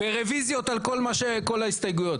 ורביזיות על כל ההסתייגויות.